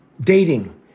dating